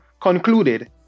concluded